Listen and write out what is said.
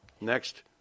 Next